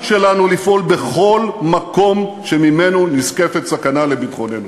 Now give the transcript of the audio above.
שלנו לפעול בכל מקום שממנו נשקפת סכנה לביטחוננו.